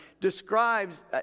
describes